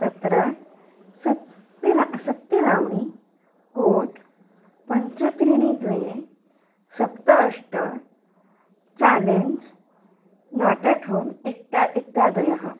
तत्र सक्क्तिला सक्ति लावणी कोट् पञ्चत्रीणि द्वे सप्त अष्ट चालेञ्ज् नाट एट् होम् इट्टा इत्यादयः